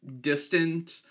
distant